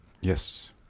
Yes